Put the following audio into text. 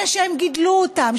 אלה שהם גידלו אותם,